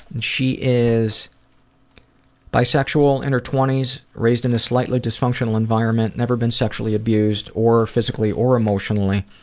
and she is bisexual, in her twenties, raised in a slightly dysfunctional environment, never been sexually abused or physically or emotionally.